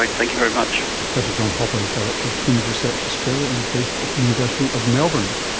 like thank you very much. professor john hopper is director of twins research australia and is based at the university of melbourne